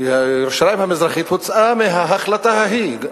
ירושלים המזרחית הוצאה מההחלטה ההיא,